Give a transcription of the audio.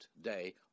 day